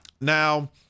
Now